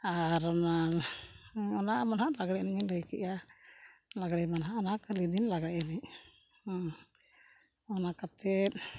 ᱟᱨ ᱚᱱᱟ ᱚᱱᱟᱢᱟ ᱱᱟᱜ ᱞᱟᱜᱽᱬᱮ ᱮᱱᱮᱡ ᱢᱟᱧ ᱞᱟᱹᱭ ᱠᱮᱜᱼᱟ ᱞᱟᱜᱽᱬᱮ ᱢᱟ ᱱᱟᱜ ᱚᱱᱟ ᱠᱷᱟᱞᱤ ᱫᱤᱱ ᱞᱟᱜᱽᱬᱮ ᱮᱱᱮᱡ ᱚᱱᱟ ᱠᱟᱛᱮᱫ